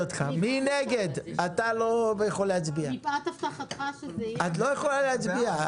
מפאת הבטחתך שזה יהיה --- את לא יכולה להצביע.